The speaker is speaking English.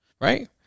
right